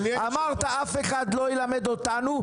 אמרת 'אף אחד לא ילמד אותנו',